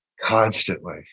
constantly